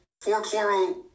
four-chloro